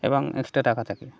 এবং এক্সট্রা টাকা থাকে